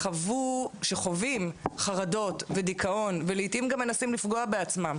שחווים חרדות ודיכאון ולעיתים גם מנסים לפגוע בעצמם